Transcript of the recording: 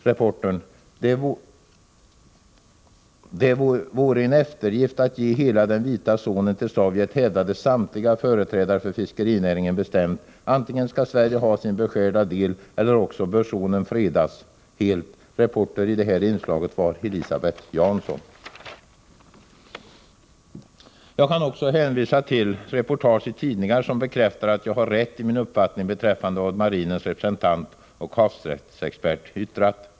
Reportern: Det vore en eftergift att ge hela den vita zonen till Sovjet, hävdade samtliga företrädare för fiskerinäringen bestämt. Antingen skall Sverige ha sin beskärda del eller också bör zonen fredas helt. Reporter i det här inslaget var Elisabeth Jansson. Jag kan också hänvisa till reportage i tidningar som bekräftar att jag har rätt i min uppfattning beträffade vad marinens representant och havsrättsexpert yttrat.